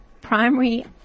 primary